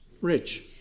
rich